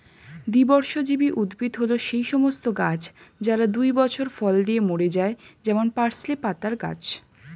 দ্বিবর্ষজীবী উদ্ভিদ হল সেই সমস্ত গাছ যারা দুই বছর ফল দিয়ে মরে যায় যেমন পার্সলে পাতার গাছ